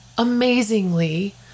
Amazingly